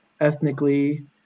ethnically